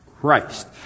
Christ